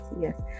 Yes